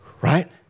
right